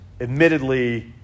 admittedly